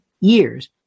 years